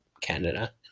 Canada